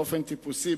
באופן טיפוסי,